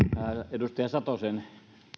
edustaja satosen